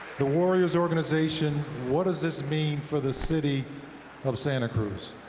the warriors organization, what does this mean for the city of santa cruz?